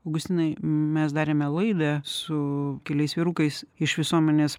augustinai mes darėme laidą su keliais vyrukais iš visuomenės